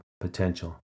Potential